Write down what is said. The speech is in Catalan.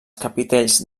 capitells